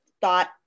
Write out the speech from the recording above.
thought